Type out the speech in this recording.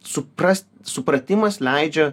suprast supratimas leidžia